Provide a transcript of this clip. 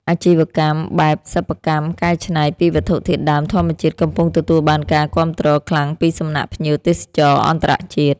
អាជីវកម្មបែបសិប្បកម្មកែច្នៃពីវត្ថុធាតុដើមធម្មជាតិកំពុងទទួលបានការគាំទ្រខ្លាំងពីសំណាក់ភ្ញៀវទេសចរអន្តរជាតិ។